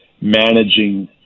managing